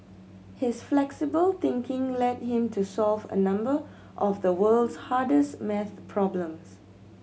his flexible thinking led him to solve a number of the world's hardest maths problems